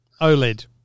OLED